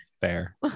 Fair